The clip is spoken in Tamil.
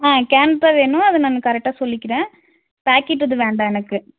ஆ கேன் தான் வேணும் அது நானு கரெக்டாக சொல்லிக்கிறேன் பாக்கெட் இது வேண்டாம் எனக்கு